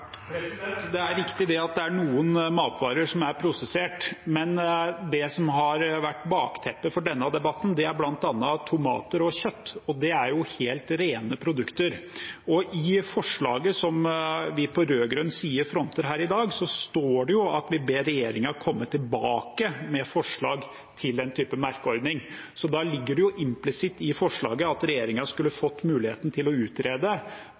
Det er riktig at det er noen matvarer som er prosessert, men det som har vært bakteppet for denne debatten, er bl.a. tomater og kjøtt, og det er jo helt rene produkter. I forslaget som vi på rød-grønn side fronter her i dag, står det at vi ber regjeringen komme tilbake med forslag til en type merkeordning, så da ligger det jo implisitt i forslaget at regjeringen skulle fått muligheten til å utrede